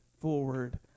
forward